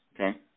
okay